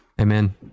Amen